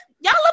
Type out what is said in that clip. y'all